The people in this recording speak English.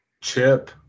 Chip